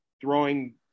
throwing